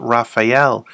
Raphael